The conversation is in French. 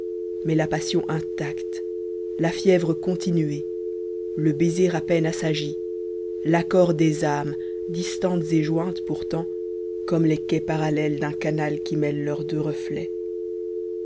mais la passion intacte la fièvre continuée le baiser à peine assagi l'accord des âmes distantes et jointes pourtant comme les quais parallèles d'un canal qui mêle leurs deux reflets